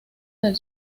del